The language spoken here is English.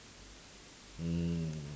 mm